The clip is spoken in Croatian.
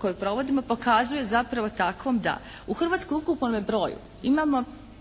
koju provodimo pokazuje zapravo takvom da u Hrvatskoj ukupan broj imamo